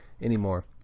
anymore